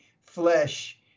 flesh